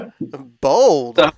bold